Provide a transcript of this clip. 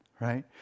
right